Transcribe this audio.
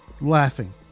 Laughing